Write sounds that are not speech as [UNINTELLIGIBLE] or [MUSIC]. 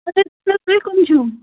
[UNINTELLIGIBLE] تُہۍ کَم چھُو